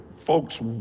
folks